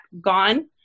gone